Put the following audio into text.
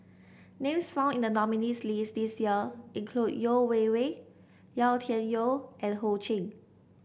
names found in the nominees' list this year include Yeo Wei Wei Yau Tian Yau and Ho Ching